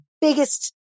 biggest